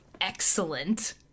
excellent